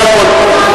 זה הכול.